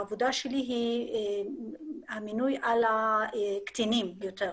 העבודה שלי היא על הקטינים יותר,